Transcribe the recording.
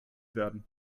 werden